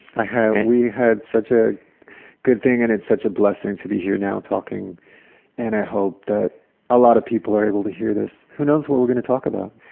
we had such a good thing and it's such a blessing to be here now talking and i hope that a lot of people are able to hear this. who knows what we're gonna talk about?